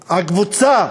שהקבוצה,